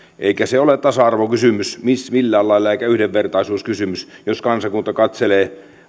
eikä se ole tasa arvokysymys eikä yhdenvertaisuuskysymys millään lailla jos kansakunta katselee